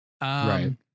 Right